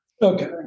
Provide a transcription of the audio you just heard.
Okay